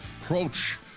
approach